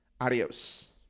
Adios